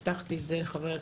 הבטחתי את זה לחבר הכנסת,